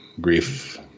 grief